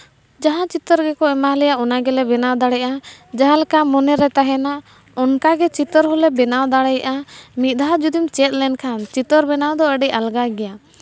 ᱡᱟᱦᱟᱸ ᱪᱤᱛᱟᱹᱨ ᱜᱮᱠᱚ ᱮᱢᱟ ᱞᱮᱭᱟ ᱚᱱᱟ ᱜᱮᱞᱮ ᱵᱮᱱᱟᱣ ᱫᱟᱲᱮᱭᱟᱜᱼᱟ ᱡᱟᱦᱟᱸ ᱞᱮᱠᱟ ᱢᱚᱱᱮᱨᱮ ᱛᱟᱦᱮᱱᱟ ᱚᱱᱠᱟᱜᱮ ᱪᱤᱛᱟᱹᱨ ᱦᱚᱸᱞᱮ ᱵᱮᱱᱟᱣ ᱫᱟᱲᱮᱭᱟᱜᱼᱟ ᱢᱤᱫ ᱫᱷᱟᱣ ᱡᱩᱫᱤᱢ ᱪᱮᱫ ᱞᱮᱱᱠᱷᱟᱱ ᱪᱤᱛᱹᱨ ᱵᱮᱱᱟᱣ ᱫᱚ ᱟᱹᱰᱤ ᱟᱞᱜᱟ ᱜᱮᱭᱟ